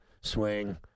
swing